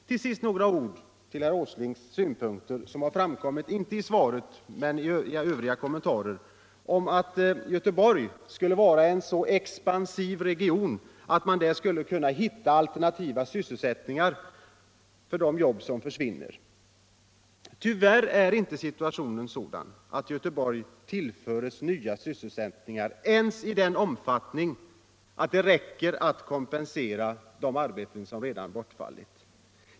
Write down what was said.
Till sist några ord med anledning av herr Åslings synpunkter, vilka inte framkommit i svaret men i övriga kommentarer, att Göteborg skulle vara en så expansiv region att man där skulle kunna hitta alternativa sysselsättningar för de jobb som försvinner. Tyvärr är inte situationen sådan att Göteborg tillförs nya sysselsättningstillfällen ens i den omfattningen att de räcker för att kompensera de arbetstillfällen som redan bortfallit.